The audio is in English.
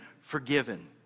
forgiven